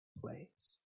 place